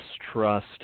distrust